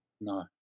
no